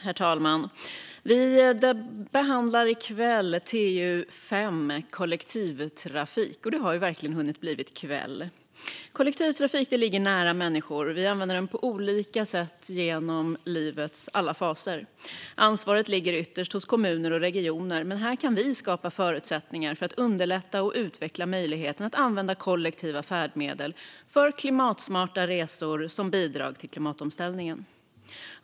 Herr talman! Vi debatterar i kväll - det har verkligen hunnit bli kväll - TU5 Kollektivtrafikfrågor . Kollektivtrafik ligger nära människor. Den används på olika sätt genom livets alla faser. Ansvaret ligger ytterst hos kommuner och regioner. Men här kan vi skapa förutsättningar för att underlätta och utveckla möjligheten att använda kollektiva färdmedel för klimatsmarta resor som bidrar till klimatomställningen.